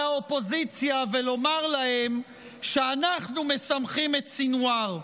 האופוזיציה ולומר להם שאנחנו משמחים את סנוואר,